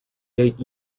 eight